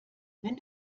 wenn